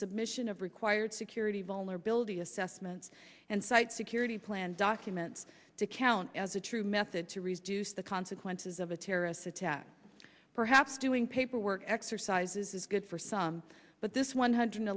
submission of required security vulnerability assessments and site security plan documents to count as a true method to reduce the consequences of a terrorist attack perhaps doing paperwork exercises is good for some but this one hundred